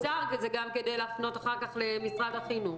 מאוד קצר, זה גם כדי להפנות אחר כך למשרד החינוך.